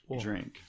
drink